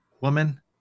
woman